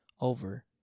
over